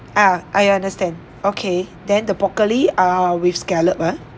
ah I understand okay then the broccoli uh with scallop ah